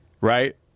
right